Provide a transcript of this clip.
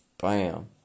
Bam